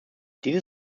diese